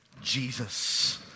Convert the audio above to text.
Jesus